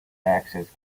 access